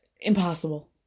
impossible